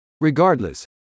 Regardless